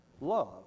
love